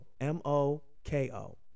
M-O-K-O